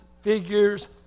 figures